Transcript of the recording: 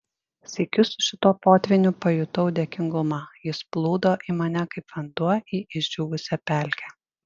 sykiu su šituo potvyniu pajutau dėkingumą jis plūdo į mane kaip vanduo į išdžiūvusią pelkę